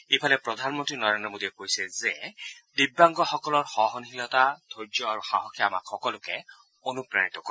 ইফালে প্ৰধানমন্ত্ৰী নৰেন্দ্ৰ মোদীয়ে কৈছে যে দিব্যাংগসকলৰ সহনশীলতা ধৈৰ্য আৰু সাহসে আমাক সকলোকে অনুপ্ৰাণিত কৰে